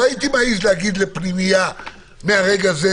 לא הייתי מעז לומר לפנימייה: מרגע זה,